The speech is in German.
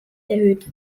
erhöht